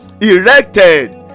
erected